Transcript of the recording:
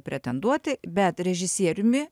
pretenduoti bet režisieriumi